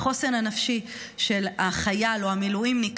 החוסן הנפשי של החייל או המילואימניק